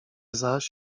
zaś